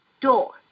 door